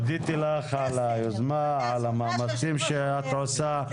הודיתי לך על היוזמה, על המאמצים שאת עושה.